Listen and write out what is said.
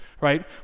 right